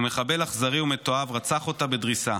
ומחבל אכזרי ומתועב רצח אותה בדריסה.